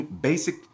basic